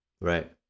Right